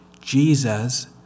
Jesus